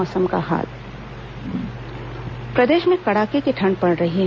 मौसम प्रदेश में कड़ाके की ठंड पड़ रही है